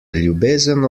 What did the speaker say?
ljubezen